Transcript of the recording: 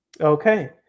Okay